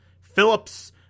Phillips